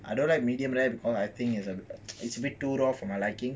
I don't like medium rare because I think is a bit too rare for my liking